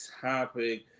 topic